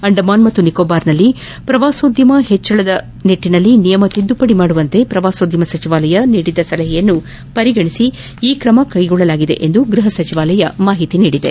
ಅಂಡಮಾನ್ ಮತ್ತು ನಿಕೋಬಾರ್ನಲ್ಲಿ ಪ್ರವಾಸೋದ್ದಮ ಹೆಚ್ಚಿಸುವ ನಿಟ್ಟನಲ್ಲಿ ನಿಯಮ ತಿದ್ದುಪಡಿ ಮಾಡು ವಂತೆ ಪ್ರವಾಸೋದ್ಯಮ ಸಚಿವಾಲಯ ನೀಡಿದ ಸಲಹೆ ಪರಿಗಣಿಸಿ ಈ ಕ್ರಮ ಜರುಗಿಸಲಾಗಿದೆ ಎಂದು ಗ್ಲಹ ಸಚಿವಾಲಯ ತಿಳಿಸಿದೆ